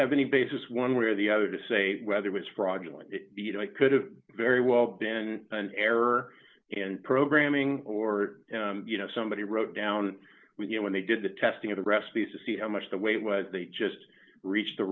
have any basis one way or the other to say whether it's fraudulent you know it could have very well been an error in programming or you know somebody wrote down you know when they did the testing of the recipes to see how much the weight was they just reach the